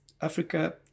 Africa